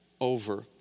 over